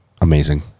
Amazing